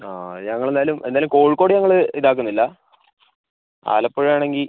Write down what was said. ആ ഞങ്ങള് എന്തായാലും എന്തായാലും കോഴിക്കോട് ഞങ്ങള് ഇതാക്കുന്നില്ല ആലപ്പുഴ ആണെങ്കിൽ